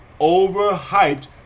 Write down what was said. overhyped